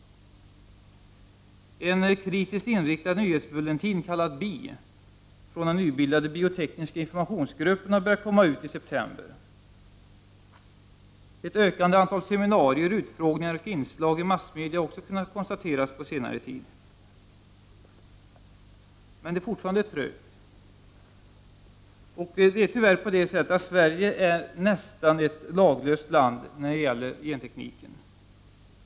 En kritiskt inriktad nyhetsbulletin kallad ”Bi” från den nybildade Biotekniska informationsgruppen har kommit ut nu i september. Ett ökat antal seminarier, utfrågningar och inslag i massmedia har också kunnat konstateras på senare tid. Men det går fortfarande trögt. Tyvärr är Sverige nästan ett laglöst land när det gäller gentekniken.